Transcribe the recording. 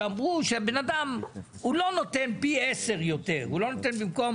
שאמרו שבן אדם לא נותן פי 10 יותר; הוא לא נותן 10 מיליון ₪ במקום